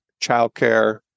childcare